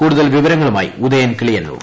കൂടുതൽ വിവരങ്ങുമായി ഉദയൻ കിളിയന്നൂർ